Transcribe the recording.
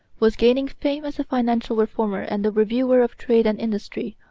was gaining fame as a financial reformer and the reviver of trade and industry,